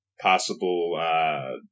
possible